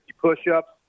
push-ups